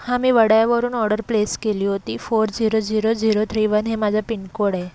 हां मी वडाळ्यावरून ऑर्डर प्लेस केली होती four zero zero zero three one हे माझं पिनकोड आहे